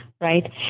right